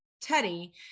Teddy